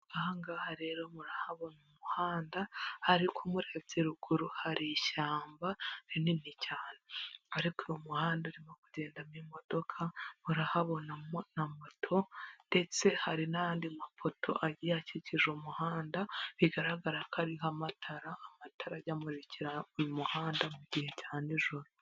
Ahangaha rero murahabona mu muhanda, ariko murerebye ruguru hari ishyamba rinini cyane, ariko uyu muhanda urimo kugendamo imodoka, murahabona na moto ndetse hari n'andi mapoto akikije umuhanda bigaragara ko ariho amatara, amatara ajya amukira uyu muhanda mu gihe cya nijoro.